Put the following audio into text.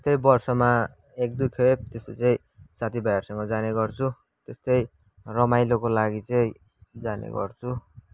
त्यही वर्षमा एक दुईखेप त्यस्तो चाहिँ साथी भाइहरूसँग जाने गर्छु त्यस्तै रमाइलोको लागि चाहिँ जाने गर्छु